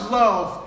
love